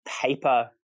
paper